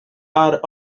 are